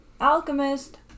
alchemist